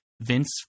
Vince